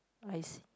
I see